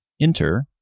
Enter